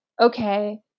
okay